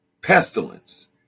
pestilence